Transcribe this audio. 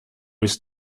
ist